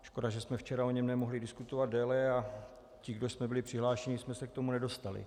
Škoda, že jsme včera o něm nemohli diskutovat déle a ti, kdož jsme byli přihlášeni, jsme se k tomu nedostali.